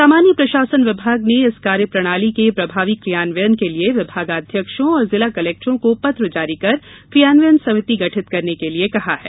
सामान्य प्रशासन विभाग ने इस कार्य प्रणाली के प्रभावी क्रियान्वयन के लिये विभागाध्यक्षों और जिला कलेक्टरों को पत्र जारी कर क्रियान्वयन समिति गठित करने के लिये कहा है